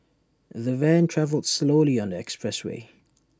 the van travelled slowly on the expressway